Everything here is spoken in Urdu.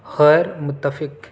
خیر متفق